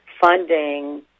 funding